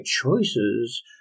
choices